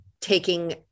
taking